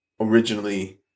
Originally